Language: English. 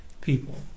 people